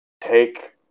take